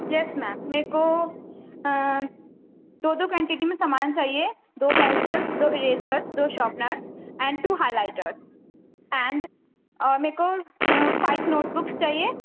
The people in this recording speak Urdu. یس میم میکو دو دو کوانٹیٹی میں سامان چاہیے دو پیسنل دو ایریزر دو sharpener and two highlighter and میکو فائیو نوٹبکس چاہیے